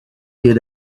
did